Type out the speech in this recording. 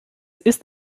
ist